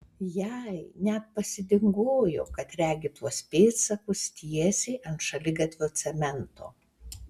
jai net pasidingojo kad regi tuos pėdsakus tiesiai ant šaligatvio cemento